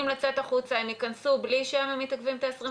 להם לא רק לסבל אלא באמת לנזקים שהם בלתי הפיכים ולסכנת